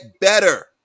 better